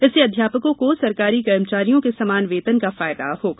इससे अध्यापकों को सरकारी कर्मचारियों के समान वेतन का फायदा होगा